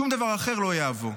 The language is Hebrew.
שום דבר אחר לא יעבור.